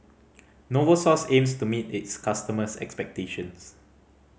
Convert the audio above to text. Novosource aims to meet its customers' expectations